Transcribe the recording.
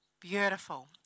beautiful